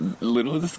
little